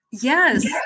Yes